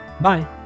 Bye